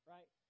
Right